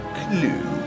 clue